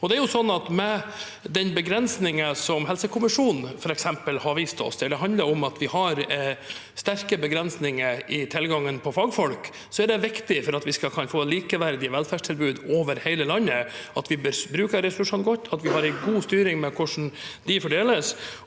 Med den begrensningen som f.eks. helsekommisjonen har vist oss – det handler om at vi har sterke begrensninger i tilgangen på fagfolk – er det for at vi skal kunne få likeverdige velferdstilbud over hele landet, viktig at vi bruker ressursene godt, og at vi har en god styring med hvordan de fordeles.